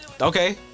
okay